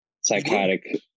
psychotic